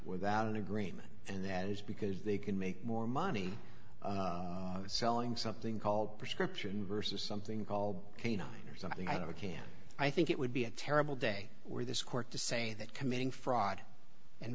without an agreement and that is because they can make more money selling something called prescription versus something called canine or something i have a can i think it would be a terrible day were this court to say that committing fraud and